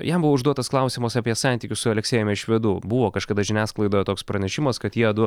jam buvo užduotas klausimas apie santykius su aleksejumi švedu buvo kažkada žiniasklaidoje toks pranešimas kad jiedu